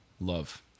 love